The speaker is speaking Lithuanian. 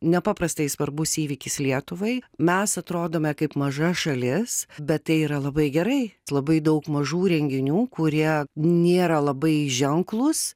nepaprastai svarbus įvykis lietuvai mes atrodome kaip maža šalis bet tai yra labai gerai labai daug mažų renginių kurie nėra labai ženklūs